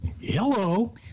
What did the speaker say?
Hello